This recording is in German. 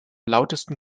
lautesten